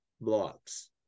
blocks